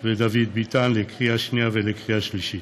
ודוד ביטן, לקריאה השנייה ולקריאה השלישית.